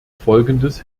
folgendes